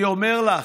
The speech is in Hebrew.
אני אומר לך,